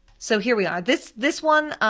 so here we are, this this one,